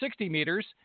60-meters